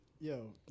Yo